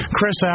Chris